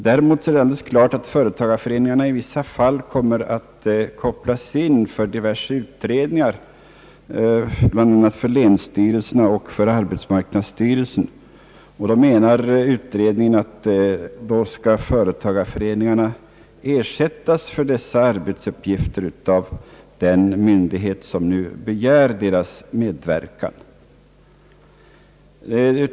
Däremot är det alldeles klart att företagareföreningarna i vissa fall kommer att kopplas in för diverse utredningar bl.a. för länsstyrelserna och för arbetsmarknadsstyrelsen. Utredningen menar att företagareföreningarna skall ersättas för dessa arbetsuppgifter av den myndighet som begär deras medverkan.